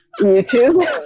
youtube